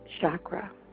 chakra